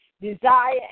desire